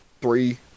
three